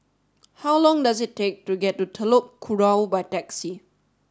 how long does it take to get to Telok Kurau by taxi